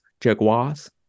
Jaguars